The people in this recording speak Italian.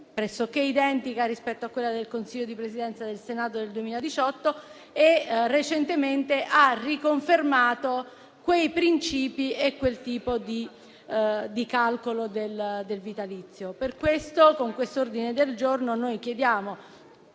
pressoché identica rispetto a quella del Consiglio di Presidenza del Senato del 2018, e recentemente ha riconfermato quei princìpi e quel tipo di calcolo del vitalizio. Con questo ordine del giorno chiediamo